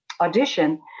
audition